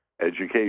education